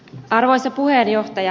arvoisa puheenjohtaja